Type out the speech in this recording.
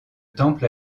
temple